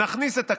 נכניס את הכבש,